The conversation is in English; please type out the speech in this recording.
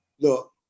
look